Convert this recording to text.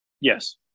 Yes